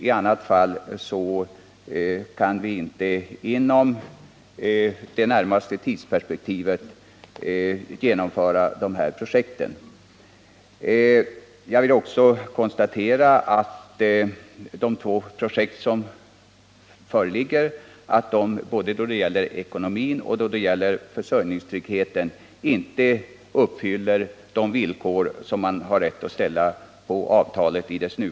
I annat fall kan vi inte inom det närmaste tidsperspektivet genomföra dessa projekt. Jag vill även konstatera att de två projekt som föreligger varken när det gäller ekonomin eller när det gäller försörjningstryggheten uppfyller de krav som man har rätt att ställa på avtalet.